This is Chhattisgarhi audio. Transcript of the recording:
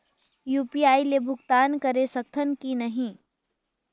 यू.पी.आई ले भुगतान करे सकथन कि नहीं?